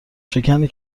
شکنی